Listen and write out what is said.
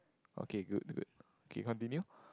okay good good okay continue